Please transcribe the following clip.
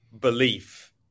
belief